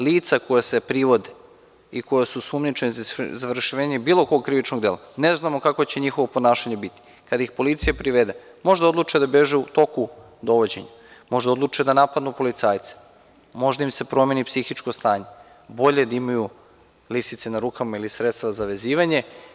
Lica koja se privode i koja su osumnjičena za izvršenje bilo kog krivičnog dela, ne znamo kakvo će njihovo ponašanje biti, kada ih policija privede, možda odluče da beže u toku dovođenja, možda odluče da napadnu policajca, možda im se promeni psihičko stanje, bolje da imaju lisice na rukama, ili sredstva za vezivanje.